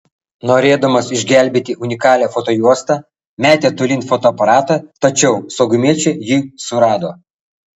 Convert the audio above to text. norėdamas išgelbėti unikalią fotojuostą metė tolyn fotoaparatą tačiau saugumiečiai jį surado